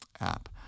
app